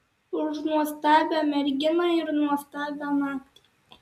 už nuostabią merginą ir nuostabią naktį